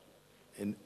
אין.